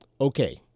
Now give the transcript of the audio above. Okay